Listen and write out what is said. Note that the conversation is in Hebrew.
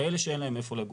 כאלה שאין להם איפה לגור.